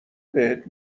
بهت